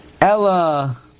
Ella